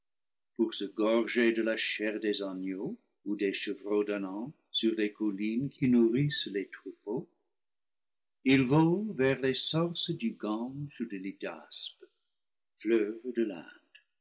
pour se gorger de la chair des agneaux ou des chevreaux d'un an sur les collines qui nourrissent les troupeaux il vole vers les sources du gange ou de l'hydaspe fleuves de